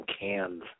cans